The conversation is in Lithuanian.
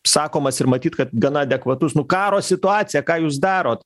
sakomas ir matyt kad gana adekvatus nu karo situaciją ką jūs darot